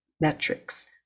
metrics